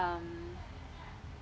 um